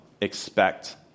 expect